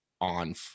on